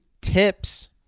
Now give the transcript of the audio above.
tips